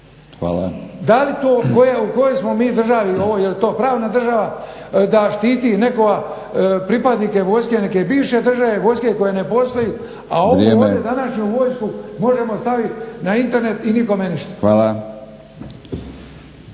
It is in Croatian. Hvala./ … Da li to u kojoj smo mi državi ovo jel to pravna država da štiti nekoga pripadnike vojske neke bivše države, vojske koja ne postoji a ovu ovdje današnju vojsku možemo staviti na Internet i nikome ništa.